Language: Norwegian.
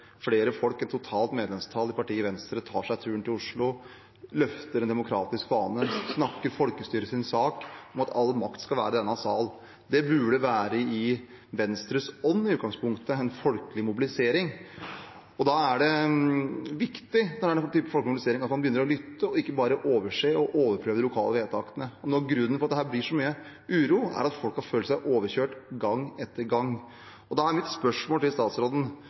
flere folk enn totalt medlemstall i partiet Venstre tar turen til Oslo, løfter en demokratisk fane, snakker folkestyrets sak om at all makt skal være i denne sal. En folkelig mobilisering burde i utgangspunktet være i Venstres ånd, og når det er den typen folkelig mobilisering, er det viktig at man begynner å lytte og ikke bare overser og overprøver de lokale vedtakene. Noe av grunnen til at det her blir så mye uro, er at folk har følt seg overkjørt gang etter gang. Da er mitt spørsmål til statsråden: